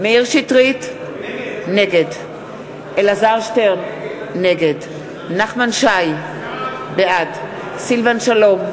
נגד אלעזר שטרן, נגד נחמן שי, בעד סילבן שלום,